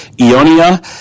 Ionia